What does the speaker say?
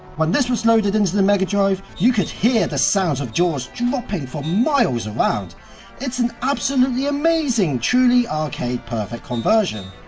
when this was loaded into the mega drive, you could hear the sound of jaws dropping for miles around it's an absolutely amazing, truly arcade perfect conversion.